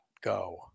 go